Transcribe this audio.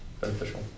beneficial